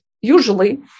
Usually